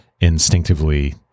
instinctively